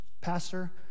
Pastor